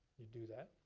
you do that.